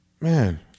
Man